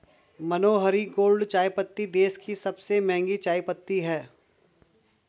मनोहारी gold चायपत्ती देश की सबसे महंगी चायपत्ती है